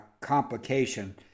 complication